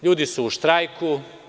Ljudi su u štrajku.